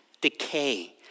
decay